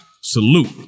Salute